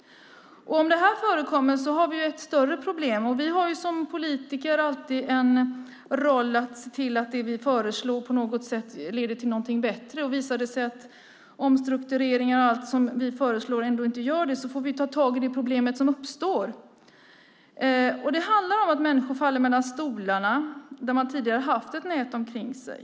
Om det här förekommer har vi ju ett större problem. Vi har som politiker alltid rollen att se till att det vi föreslår på något sätt leder till någonting bättre. Visar det sig ändå att omstruktureringar och allt som vi föreslår inte gör det får vi ta tag i det problem som uppstår. Det handlar om att människor faller mellan stolarna där man tidigare har haft ett skyddsnät omkring sig.